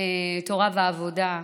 נאמני תורה ועבודה,